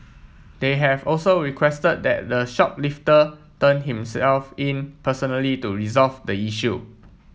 they have also requested that the shoplifter turn himself in personally to resolve the issue